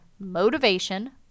motivation